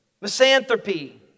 misanthropy